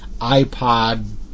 iPod